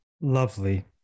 Lovely